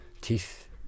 Teeth